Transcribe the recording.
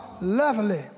lovely